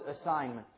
assignment